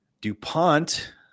DuPont